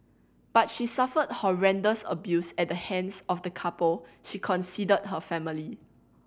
but she suffered horrendous abuse at the hands of the couple she considered her family